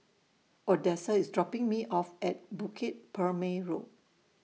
Odessa IS dropping Me off At Bukit Purmei Road